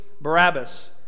Barabbas